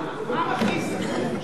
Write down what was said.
מה מכעיס אתכם?